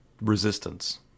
resistance